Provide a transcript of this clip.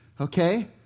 okay